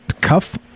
cuff